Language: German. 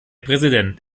präsident